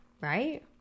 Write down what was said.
right